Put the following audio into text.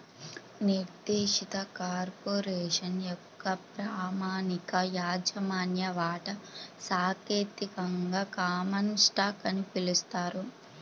నిర్దేశిత కార్పొరేషన్ యొక్క ప్రామాణిక యాజమాన్య వాటా సాంకేతికంగా కామన్ స్టాక్ అని పిలుస్తారు